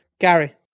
Gary